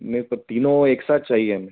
मेको तीनों एक साथ चाहिए हमें